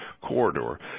corridor